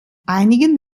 einigen